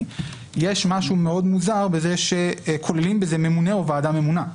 יש משהו מאוד מוזר בזה שכוללים בזה ממונה או ועדה ממונה.